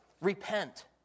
Repent